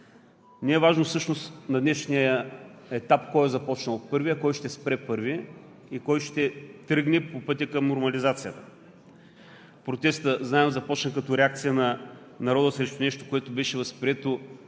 Не е важно всъщност на днешния етап кой е започнал първи, а кой ще спре първи и кой ще тръгне по пътя към нормализацията. Протестът, знаем, започна като реакция на народа срещу нещо, което беше възприето